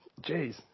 Jeez